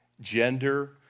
gender